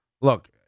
look